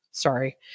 sorry